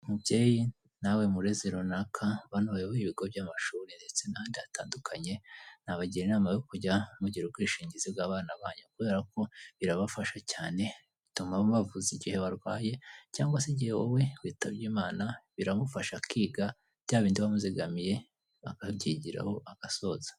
Umubyeyi nawe murezi runaka bantu bayoboye ibigo by'amashuri ndetse n'ahandi hatandukanye, nabagira inama yo kujya mugira ubwishingizi bw'abana banyu kubera ko birabafasha cyane bituma mubavuza igihe barwaye cyangwa se igihe wowe witabye Imana, biramufasha akiga bya bindi bamuzigamiye akabyigiraho agasoza.